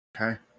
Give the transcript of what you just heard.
Okay